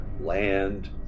land